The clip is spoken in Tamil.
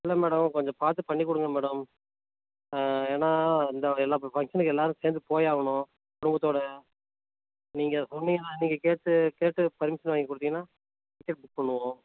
இல்லை மேடம் கொஞ்சம் பார்த்து பண்ணிக் கொடுங்க மேடம் ஏன்னால் இந்த எல்லா இப்போ ஃபங்க்ஷனுக்கு எல்லோரும் சேர்ந்து போயாகணும் குடும்பத்தோடு நீங்கள் சொன்னீங்கன்னால் நீங்கள் கேட்டு கேட்டு பர்மிஷன் வாங்கி கொடுத்தீங்கன்னா டிக்கெட் புக் பண்ணுவோம்